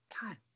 God